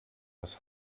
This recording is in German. das